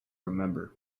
remember